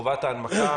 וחובת ההנמקה.